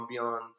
ambiance